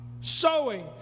sowing